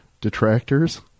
detractors